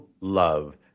love